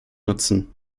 nutzen